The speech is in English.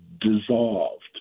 dissolved